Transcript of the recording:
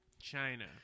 China